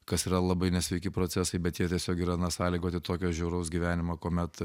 kas yra labai nesveiki procesai bet jie tiesiog yra na sąlygoti tokio žiauraus gyvenimo kuomet